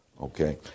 Okay